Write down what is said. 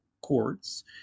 courts